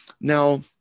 Now